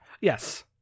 yes